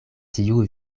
tiu